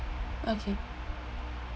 okay